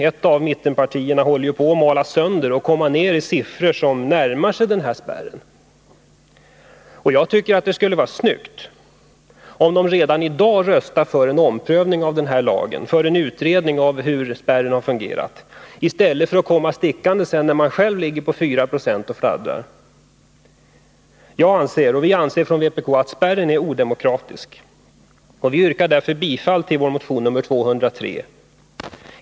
Ett av mittenpartierna håller på att malas sönder och komma ned i siffror som närmar sig spärren. Jag tycker att det skulle vara snyggt om man redan i dag röstade för en utredning av hur spärren har fungerat i stället för att komma stickande när man själv ligger och fladdrar på 4 96. Vpk anser att spärren är odemokratisk. Jag yrkar därför bifall till vår motion 203.